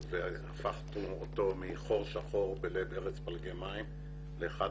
הפכנו אותו מחור שחור בלב ארץ פלגי מים לאחד